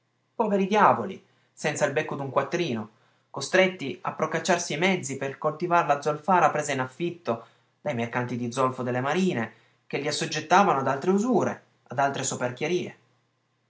poveri diavoli senza il becco d'un quattrino costretti a procacciarsi i mezzi per coltivar la zolfara presa in affitto dai mercanti di zolfo delle marine che li assoggettavano ad altre usure ad altre